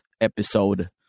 episode